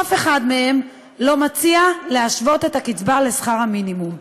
אף אחד מהם לא מציע להשוות את הקצבה לשכר המינימום,